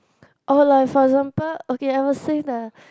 or like for example okay I will sing the